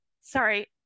sorry